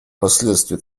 последствий